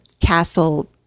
castle